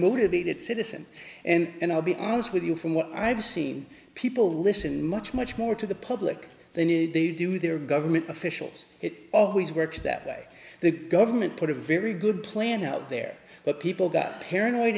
motivated citizen and i'll be honest with you from what i've seen people listen much much more to the public they need they do their government officials it always works that way the government put a very good plan out there but